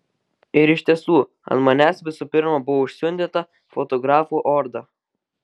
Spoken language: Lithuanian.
ir iš tiesų ant manęs visų pirma buvo užsiundyta fotografų orda